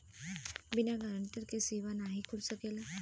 बिना गारंटर के खाता नाहीं खुल सकेला?